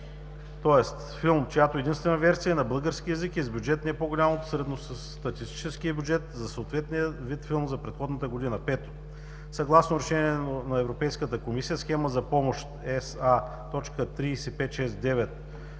тоест „филм, чиято единствена версия е на български език и е с бюджет не по-голям от средностатистическия бюджет за съответния вид филм за преходната година“. Пето, съгласно решението на Европейската комисия Схемата за помощ SA.30569